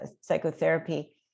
psychotherapy